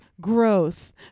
growth